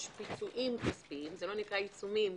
פיצויים כספיים זה לא נקרא עיצומים,